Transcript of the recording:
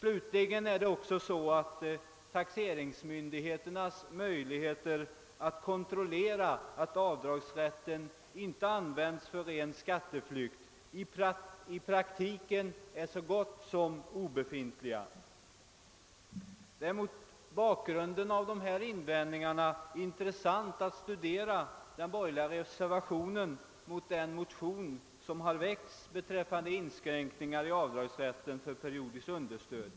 För det tredje är taxeringsmyndigheternas möjligheter att kontrollera, att avdragsrät ten inte används för ren skatteflykt, i praktiken så gott som obefintliga. Det är mot bakgrunden av dessa invändningar intressant att studera den borgerliga reservationen mot utskottets hemställan med anledning av motionen angående inskränkningar i rätten till avdrag för periodiskt understöd.